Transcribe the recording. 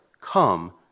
Come